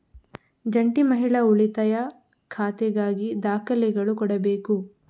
ಜಂಟಿ ಮಹಿಳಾ ಉಳಿತಾಯ ಖಾತೆಗಾಗಿ ದಾಖಲೆಗಳು ಕೊಡಬೇಕು